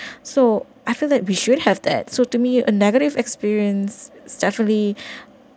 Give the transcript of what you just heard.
so I feel that we should have that so to me a negative experience definitely